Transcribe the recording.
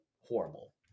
horrible